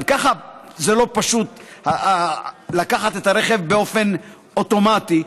גם ככה זה לא פשוט לקחת את הרכב באופן אוטומטי.